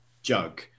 jug